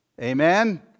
Amen